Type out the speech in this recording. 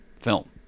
film